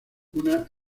una